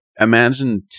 imagine